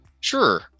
Sure